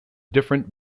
different